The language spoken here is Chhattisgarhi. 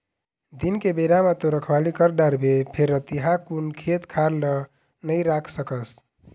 दिन के बेरा म तो रखवाली कर डारबे फेर रतिहा कुन खेत खार ल नइ राख सकस